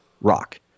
rock